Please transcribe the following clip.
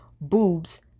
boobs